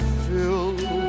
fill